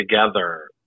together